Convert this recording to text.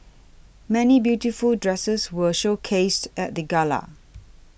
many beautiful dresses were showcased at the gala